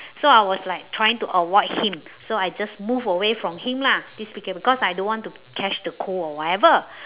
so I was like trying to avoid him so I just move away from him lah because I don't want to catch the cold or whatever